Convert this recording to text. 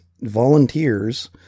volunteers